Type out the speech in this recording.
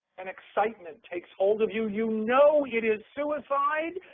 an excitement takes hold of you. you know it is suicide,